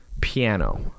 piano